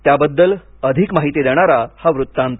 त्याबद्दल अधिक माहिती देणारा हा वृत्तांत